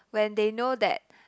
when they know that